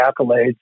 accolades